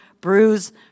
bruise